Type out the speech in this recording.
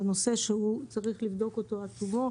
זה נושא שצריך לבדוק אותו עד תומו.